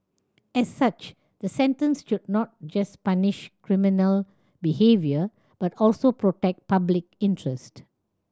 as such the sentence should not just punish criminal behaviour but also protect public interest